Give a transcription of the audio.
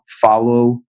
follow